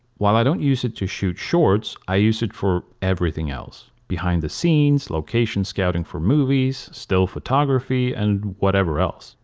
while i don't use it to shoot shorts i use it for everything else. behind the scenes, location scouting for movies, still photography and whatever else.